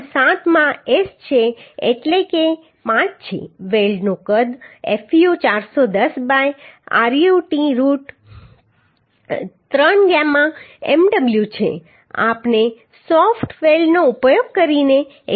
7 માં S છે એટલે કે 5 છે વેલ્ડનું કદ fu 410 by root 3 gamma mw છે આપણે સોફ્ટ વેલ્ડનો ઉપયોગ કરીને 1